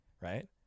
right